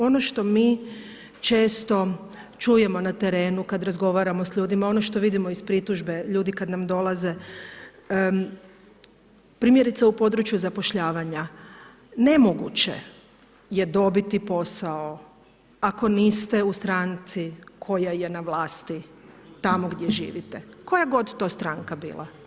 Ono što mi često čujemo na terenu kada razgovaramo s ljudima ono što vidimo iz pritužbe ljudi kada nam dolaze, primjerice u području zapošljavanja, nemoguće je dobiti posao ako niste u stranci koja je na vlasti tamo gdje živite, koja god to stranka bila.